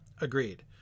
agreed